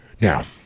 Now